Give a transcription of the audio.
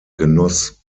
genoss